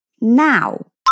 now